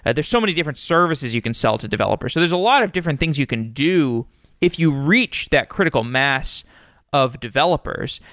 and there's so many different services you can sell to developers there's a lot of different things you can do if you reach that critical mass of developers.